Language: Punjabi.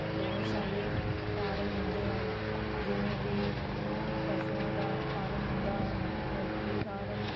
ਬਹੁਤ ਸਾਰੇ ਫਾਰਮ ਹੁੰਦੇ ਹਨ ਜਿਵੇਂ ਕਿ ਪਸ਼ੂਆਂ ਦਾ ਫਾਰਮ ਹੁੰਦਾ ਹਨ ਮੁਰਗੀ ਫਾਰਮ